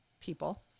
people